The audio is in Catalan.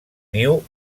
niu